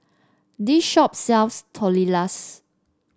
this shop sells Tortillas